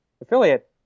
affiliate